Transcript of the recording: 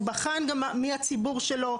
הוא בחן גם מי הציבור שלו,